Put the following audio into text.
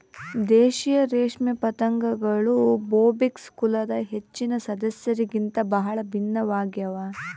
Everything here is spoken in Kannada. ದೇಶೀಯ ರೇಷ್ಮೆ ಪತಂಗಗಳು ಬೊಂಬಿಕ್ಸ್ ಕುಲದ ಹೆಚ್ಚಿನ ಸದಸ್ಯರಿಗಿಂತ ಬಹಳ ಭಿನ್ನವಾಗ್ಯವ